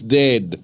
dead